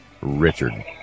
Richard